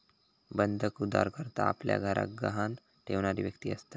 बंधक उधारकर्ता आपल्या घराक गहाण ठेवणारी व्यक्ती असता